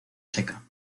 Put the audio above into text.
seca